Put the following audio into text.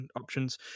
options